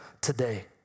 today